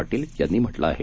पाटील यांनी म्हटलं आहे